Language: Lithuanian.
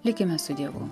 likime su dievu